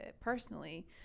personally